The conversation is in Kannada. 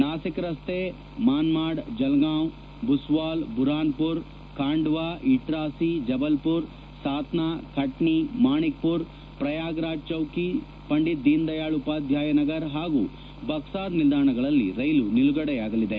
ನಾಸಿಕ್ ರಸ್ತೆ ಮನ್ಮಾಡ್ ಜಲಗಾಂವ್ ಭುಸವಾಲ್ ಭುರ್ಹಾನ್ಪುರ್ ಖಾಂಡ್ವಾ ಇಟ್ರಾಸಿ ಜಬಲ್ಪುರ್ ಸಾತ್ನಾ ಖಟ್ನಿ ಮಾಣಿಕ್ಪುರ್ ಪ್ರಯಾಗ್ರಾಜ್ಚೌಕಿ ಪಂಡಿತ್ ದೀನ್ದಯಾಳ್ ಉಪಾಧ್ಯಾಯ ನಗರ್ ಹಾಗೂ ಭಕ್ಪಾರ್ ನಿಲ್ದಾಣಗಳಲ್ಲಿ ರೈಲು ನಿಲುಗಡೆಯಾಗಲಿದೆ